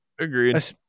agreed